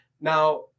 Now